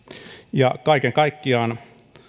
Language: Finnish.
kaiken kaikkiaan